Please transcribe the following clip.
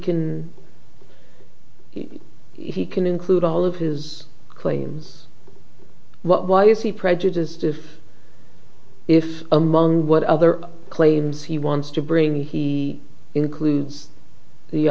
can he can include all of whose claims why is he prejudiced and if among what other claims he wants to bring he includes